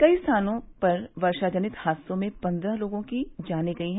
कई स्थानों वर्षा जनित हादसों में पन्द्रह लोगों की जानें चली गयीं